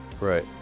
Right